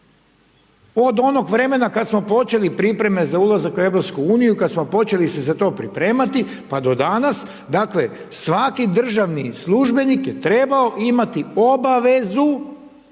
od onog vremena kad smo počeli pripreme za ulazak u EU, kad smo počeli se za to pripremati pa do danas, dakle svaki državni službenik je trebao imati obavezu